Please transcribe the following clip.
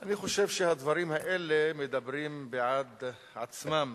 אני חושב שהדברים האלה מדברים בעד עצמם,